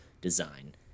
design